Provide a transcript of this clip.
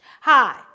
Hi